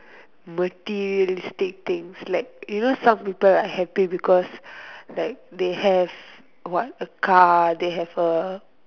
materialistic things like you know some people are happy because like they have what a car they have a